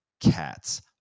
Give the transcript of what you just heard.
cats